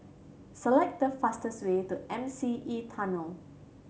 select the fastest way to M C E Tunnel